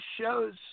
shows